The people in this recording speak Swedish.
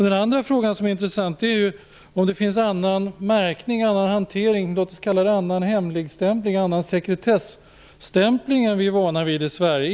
Den andra frågan som är intressant är om det finns annan märkning, låt oss kalla det annan hemligstämpling eller annan sekretesstämpling, än vi är vana vid i Sverige.